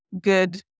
good